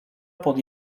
pod